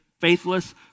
faithless